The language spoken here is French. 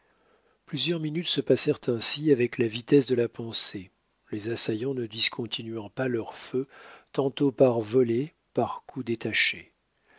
plusieurs minutes se passèrent ainsi avec la vitesse de la pensée les assaillants ne discontinuant pas leur feu tantôt par volées par coups